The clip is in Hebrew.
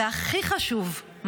והכי חשוב,